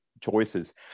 choices